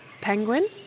Penguin